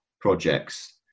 projects